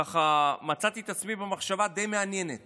ככה מצאתי את עצמי במחשבה די מעניינת